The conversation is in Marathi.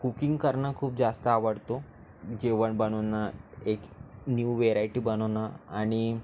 कुकिंग करणं खूप जास्त आवडतो जेवण बनवणं एक न्यू वेरायटी बनवणं आणि